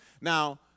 now